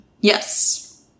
Yes